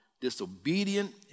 disobedient